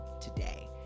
today